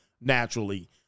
naturally